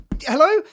Hello